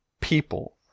people